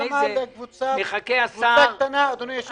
למה לקבוצה קטנה מאוד של צעירים --- שייתנו להם פיצוי חד-פעמי.